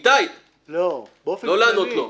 איתי, לא לענות לו.